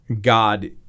God